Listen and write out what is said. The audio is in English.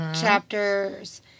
chapters